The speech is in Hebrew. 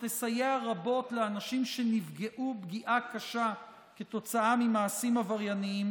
שתסייע רבות לאנשים שנפגעו פגיעה קשה כתוצאה ממעשים עברייניים,